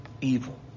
evil